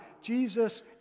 Jesus